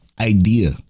idea